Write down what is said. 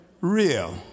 real